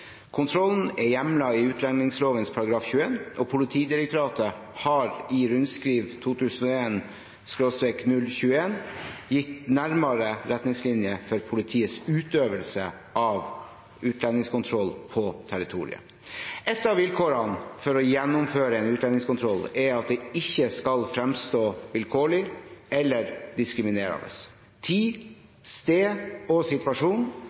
Kontrollen er hjemlet i utlendingsloven § 21, og Politidirektoratet har i rundskriv 2001/021 gitt nærmere retningslinjer for politiets utøvelse av utlendingskontroll på territoriet. Et av vilkårene for å gjennomføre en utlendingskontroll er at den ikke skal fremstå som vilkårlig eller diskriminerende. Tid, sted og situasjon